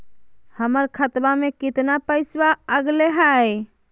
हमर खतवा में कितना पैसवा अगले हई?